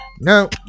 No